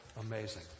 amazing